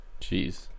Jeez